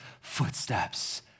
footsteps